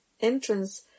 entrance